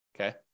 Okay